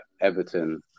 Everton